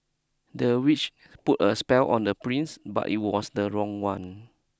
the witch put a spell on the prince but it was the wrong one